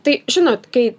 tai žinot kai